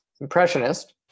impressionist